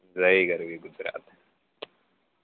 જય ગરવી ગુજરાત